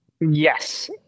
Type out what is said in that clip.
Yes